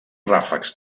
ràfecs